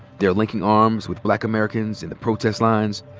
they're linking arms with black americans in the protest lines.